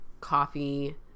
coffee